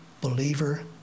believer